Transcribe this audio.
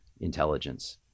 intelligence